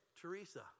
Teresa